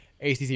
ACC